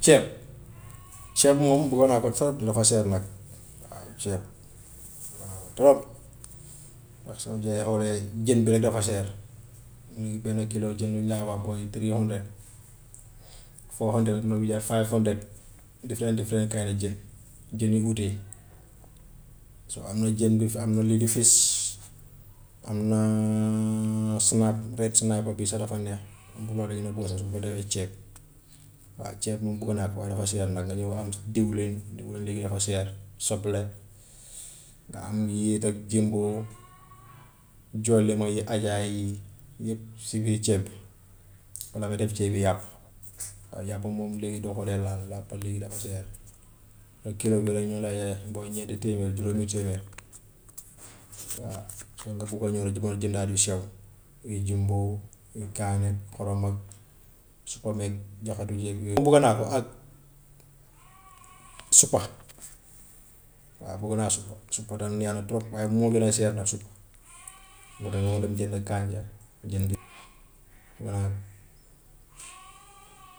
Ceeb ceeb moom bugga naa ko trop dafa seer nag, waaw ceeb bugga naa ko trop. Ndax jën bi rek dafa seer, nii benn kilo jën ñu ngi lay wax boy three hundred, four hundred, mu ngi jar five hundred, different for kind jën, jën yu ute yi. So am na jën bi fi am na lii di fish, am na snap, red snap boobi sax dafa neex, ma bugga dangeen a bugga sax suma ko defee ceeb. Waaw ceeb moom bugga naa ko waaye dafa seer nag, nga ñëw am diwlin, diwlin léegi dafa seer, soble, nga am yéet ak jumbo, jolli ma yi, adja yi yëpp si biir ceeb bi, walla nga def ceebi yàpp. Waaw yàpp moom léegi doo ko dee laal, yàpp léegi dafa seer, kilo bi rek ñu ngi lay jaayee boy ñeenti téeméer, jurómi téeméer, waa yow nga buga ñëw nag di ko jëndaat yu sew, ay jumbo, ay kaane, xorom ak supameeg, jaxatu yeeg yooyu man bugga naa ko ak sipax, waa bugga naa sipp, sipo tam neex na trop, waaye moo gën a seer nag sipax, boobu danga war a dem jëndi kanja, jënd ganaar